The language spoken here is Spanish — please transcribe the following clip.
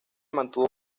mantuvo